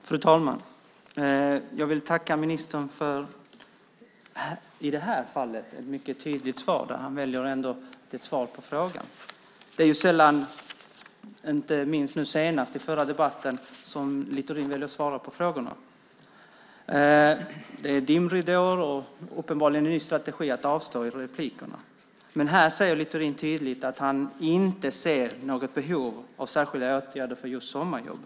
Fru talman! Jag vill tacka ministern för ett, i det här fallet, mycket tydligt svar. Det är ett svar på frågan. Det är sällan, inte minst nu senast i den förra debatten, som Littorin väljer att svara på frågorna. Det är dimridåer och uppenbarligen en ny strategi att avstå från inlägg. Men här säger Littorin tydligt att han inte ser något behov av särskilda åtgärder för just sommarjobb.